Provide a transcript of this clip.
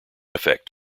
effect